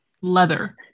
leather